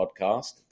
podcast